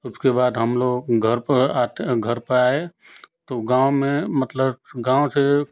उसके बाद हम लोग घर पर आते हैं और घर पर आए तो गाँव में मतलब गाँव से